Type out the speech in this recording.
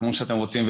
כמו שאתם רוצים,